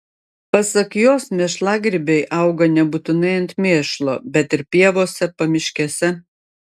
pasak jos mėšlagrybiai auga nebūtinai ant mėšlo bet ir pievose pamiškėse